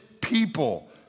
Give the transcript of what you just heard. people